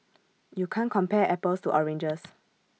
you can't compare apples to oranges